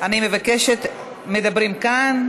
אני מבקשת: מדברים כאן.